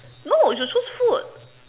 no you should choose food